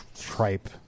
tripe